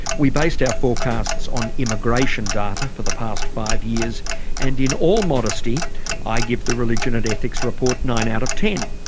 we based our forecasts on immigration data for the past five years and in all modesty i give the religion and ethics report nine out of ten.